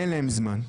אין להם זמן.